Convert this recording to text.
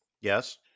Yes